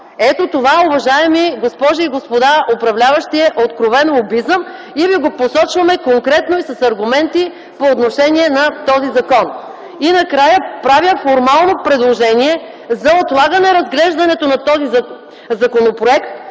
Ето това, уважаеми госпожи и господа управляващи, е откровен лобизъм и ви го посочваме конкретно и с аргументи по отношение на този закон. Накрая правя формално предложение за отлагане разглеждането на този законопроект